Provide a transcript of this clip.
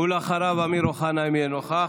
אחריו, אמיר אוחנה, אם יהיה נוכח.